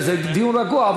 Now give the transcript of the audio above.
זה דיון רגוע,